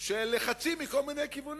של לחצים מכל מיני כיוונים.